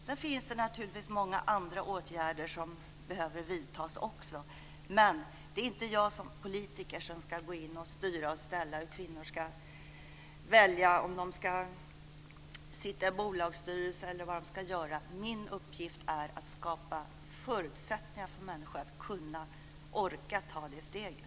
Det finns naturligtvis också många andra åtgärder som behöver vidtas, men det är inte jag som politiker som ska gå in och styra och ställa när det gäller hur kvinnor ska välja - om de ska sitta i bolagsstyrelser eller vad de nu ska göra. Min uppgift är att skapa förutsättningar för människor att orka ta det steget.